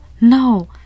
no